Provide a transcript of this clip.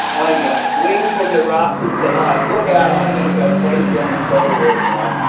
i am going to swing from the rafters tonight! look out, i am going to go crazy on this soda water tonight.